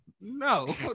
No